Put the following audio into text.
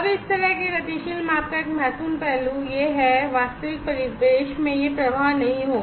अब इस तरह के गतिशील माप का एक महत्वपूर्ण पहलू यह है कि वास्तविक परिवेश में यह प्रवाह नहीं होगा